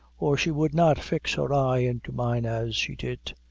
or she would not fix her eye into mine as she did.